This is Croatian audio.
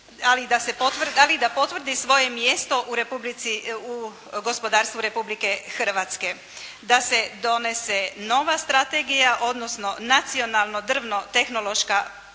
ali i da potvrdi svoje mjesto u gospodarstvu Republike Hrvatske, da se donese nova strategija odnosno nacionalno drvno-tehnološka platforma